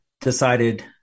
decided